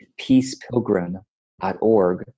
peacepilgrim.org